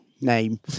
name